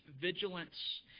vigilance